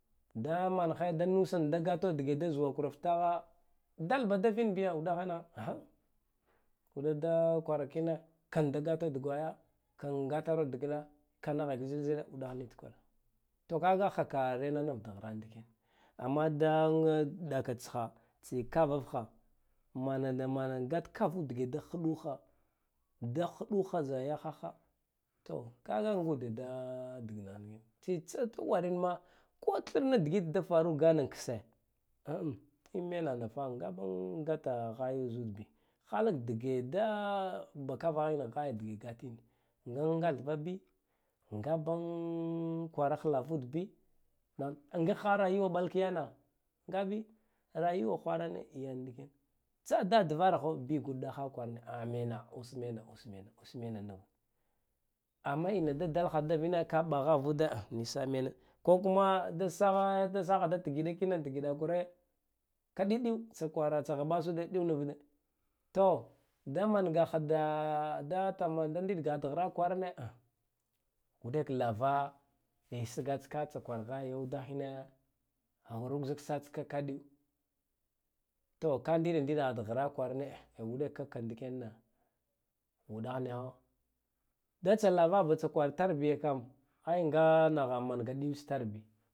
Da manheda nusan da gatadage dage da zuwa kura ftaha dalaba da vin biyo uɗah na aha dige da kwara kiyame kanda gato dageka ya kan gatara dagna ka nahek zilzile uɗah nivin tkwarane to kagaha ka renanat dahra ndiken amma da ɗaka tsha tsikava ha manada mana gat kava dige da hduha da hɗuho da hɗu ha za yahahha to kaga ngude da dagnana bi tse tsa war in ma ko tharna digit da faruk gane kse duɗun menanafa ngaba gata haya za ud bi halak dige da ɗakava hine haya dige gatin nga gathva bi ngaban kwarah lavud bi lav nga hara ya ɓal ka yana ngabi rayuwa hwarane yan ndiken tsa da dvaraho vigud ɗaha kwarane a meha us mena us mena usmena nivud amma ina da daha dagna ɓahavude mosal yane ko kuma da saha da saha da tgiɗa kino dagna kure kaɗaɗiw tsa kwara tsa hɓasa de dew nivude to da mangahha da ta manda ndigaha hra kwara ne ngg lava sga tska tsa kwar gaha ya uda hine awura sa tska ka diw to ka ndiɗa ndiɗa ha da hra kwarane awuɗa kakka ndiken na wudah niho da tsa lava ba tsa kwaritar biya kam ai nga naha manga ɗiw tsitar bi